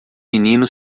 menino